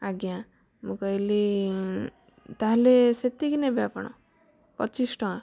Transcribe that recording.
ଆଜ୍ଞା ମୁଁ କହିଲି ତାହେଲେ ସେତିକି ନେବେ ଆପଣ ପଚିଶ ଟଙ୍କା